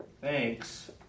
Thanks